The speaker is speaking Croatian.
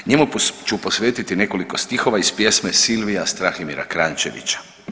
Njemu ću posvetiti nekoliko stihova iz pjesme Silvija Strahimira Kranjčevića.